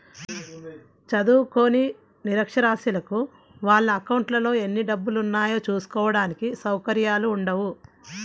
చదువుకోని నిరక్షరాస్యులకు వాళ్ళ అకౌంట్లలో ఎన్ని డబ్బులున్నాయో చూసుకోడానికి సౌకర్యాలు ఉండవు